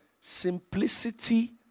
simplicity